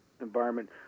environment